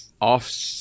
off